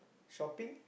shopping